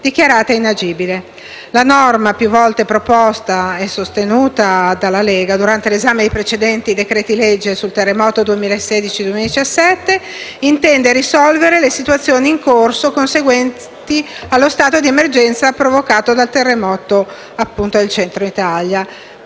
dichiarata inagibile. La norma più volte proposta e sostenuta dalla Lega durante l'esame di precedenti decreti-legge sul terremoto 2016-2017, intende risolvere le situazioni in corso conseguenti allo stato di emergenza provocato dal terremoto del Centro Italia